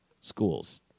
schools